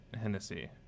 Hennessy